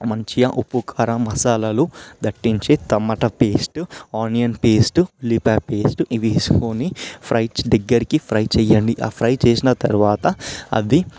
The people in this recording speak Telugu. మంచిగా ఉప్పు కారం మసాలాలు దట్టించి టమాటా పేస్టు ఆనియన్ పేస్ట్ ఉల్లిపాయ పేస్ట్ ఇవి వేసుకొని ఫ్రై దగ్గరికి ఫ్రై చేయండి ఆ ఫ్రై చేసిన తరువాత అది